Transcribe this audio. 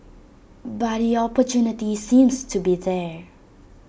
but the opportunity seems to be there